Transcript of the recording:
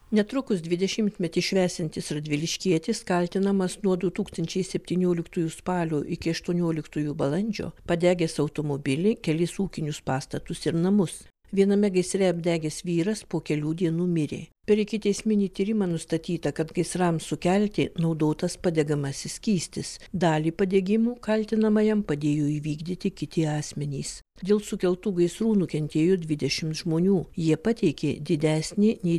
netrukus dvidešimtmetį švęsiantis radviliškietis kaltinamas nuo du tūkstančiai septynioliktųjų spalio iki aštuonioliktųjų balandžio padegęs automobilį kelis ūkinius pastatus ir namus viename gaisre apdegęs vyras po kelių dienų mirė per ikiteisminį tyrimą nustatyta kad gaisrams sukelti naudotas padegamasis skystis dalį padegimų kaltinamajam padėjo įvykdyti kiti asmenys dėl sukeltų gaisrų nukentėjo dvidešimt žmonių jie pateikė didesnį nei